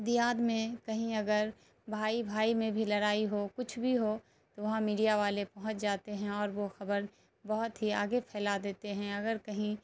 دیہات میں کہیں اگر بھائی بھائی میں بھی لڑائی ہو کچھ بھی ہو تو وہاں میڈیا والے پہنچ جاتے ہیں اور وہ خبر بہت ہی آگے پھیلا دیتے ہیں اگر کہیں